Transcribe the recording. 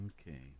Okay